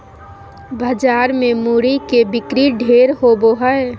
बाजार मे मूरी के बिक्री ढेर होवो हय